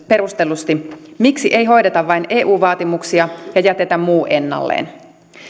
perustellusti miksi ei hoideta vain eu vaatimuksia ja jätetä muu ennalleen